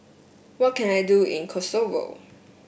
what can I do in Kosovo